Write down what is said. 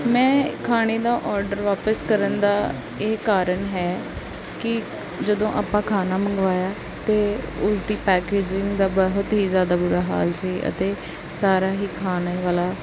ਮੈਂ ਖਾਣੇ ਦਾ ਔਡਰ ਵਾਪਸ ਕਰਨ ਦਾ ਇਹ ਕਾਰਨ ਹੈ ਕਿ ਜਦੋਂ ਆਪਾਂ ਖਾਣਾ ਮੰਗਵਾਇਆ ਤਾਂ ਉਸ ਦੀ ਪੈਕੇਜਿੰਗ ਦਾ ਬਹੁਤ ਹੀ ਜ਼ਿਆਦਾ ਬੁਰਾ ਹਾਲ ਸੀ ਅਤੇ ਸਾਰਾ ਹੀ ਖਾਣੇ ਵਾਲਾ